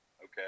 Okay